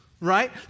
right